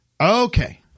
Okay